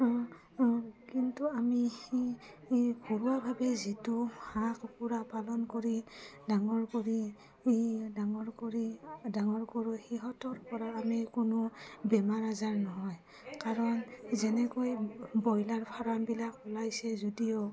কিন্তু আমি ঘৰুৱাভাৱে যিটো হাঁহ কুকুৰা পালন কৰি ডাঙৰ কৰি আমি ডাঙৰ কৰি ডাঙৰ কৰোঁ আৰু সিহঁতৰপৰা আমি কোনো বেমাৰ আজাৰ নহয় কাৰণ যেনেকৈ ব্ৰইলাৰ ফাৰ্মবিলাক ওলাইছে যদিও